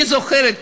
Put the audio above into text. אני זוכרת,